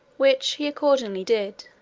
which he accordingly did,